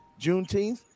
Juneteenth